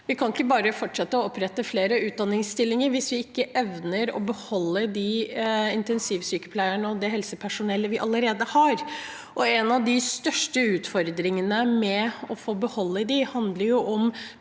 vi ikke bare fortsette å opprette flere utdanningsstillinger hvis vi ikke evner å beholde de intensivsykepleierne og det helsepersonellet vi allerede har. En av de største utfordringene med å beholde dem handler om